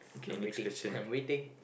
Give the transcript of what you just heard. I am waiting I am waiting